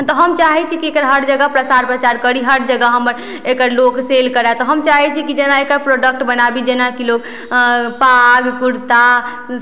तऽ हम चाहय छी कि एकर हर जगह प्रसार प्रचार करी हर जगह हमर एकर लोक सेल करय तऽ हम चाहय छी कि जेना एकर प्रॉडक्ट बनाबी जेना कि लोक पाग कुरता